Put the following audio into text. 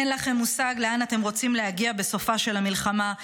אין לכם מושג לאן אתם רוצים להגיע בסופה של המלחמה,